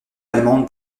allemande